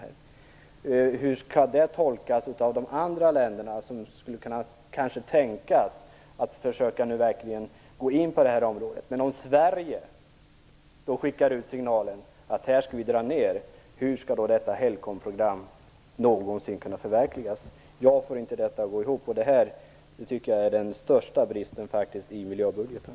Hur skall det tolkas av de andra länder som skulle kunna tänkas gå in på det här området? Om Sverige skickar ut signalen att vi skall dra ned - hur skall då programmet någonsin kunna förverkligas? Jag får inte detta att gå ihop. Det tycker jag faktiskt är den största bristen i miljöbudgeten.